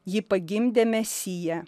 ji pagimdė mesiją